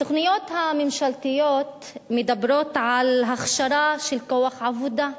התוכניות הממשלתיות מדברות על הכשרה של כוח עבודה.